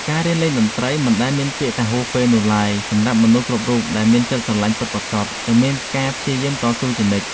ការរៀនលេងតន្ត្រីមិនដែលមានពាក្យថាហួសពេលនោះឡើយសម្រាប់មនុស្សគ្រប់រូបដែលមានចិត្តស្រឡាញ់ពិតប្រាកដ និងមានការព្យាយាមតស៊ូជានិច្ច។